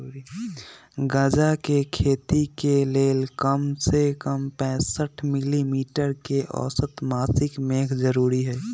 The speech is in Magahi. गजा के खेती के लेल कम से कम पैंसठ मिली मीटर के औसत मासिक मेघ जरूरी हई